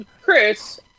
Chris